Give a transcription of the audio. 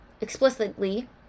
explicitly